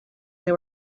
they